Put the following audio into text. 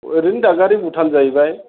ओरैनो दादगारि भुटान जाहैबाय